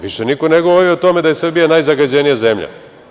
Više niko ne govori o tome da je Srbija najzagađenija zemlja.